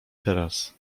teraz